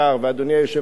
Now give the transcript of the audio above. ואדוני היושב-ראש,